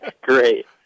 great